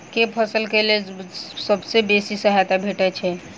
केँ फसल केँ लेल सबसँ बेसी सहायता भेटय छै?